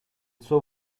suo